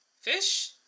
Fish